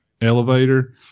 elevator